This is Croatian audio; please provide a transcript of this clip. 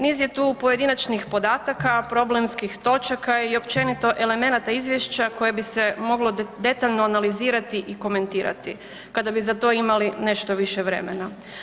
Niz je tu pojedinačnih podataka, problemskih točaka i općenito elemenata izvješća koje bi se moglo detaljno analizirati i komentirati kada bi za to imali nešto više vremena.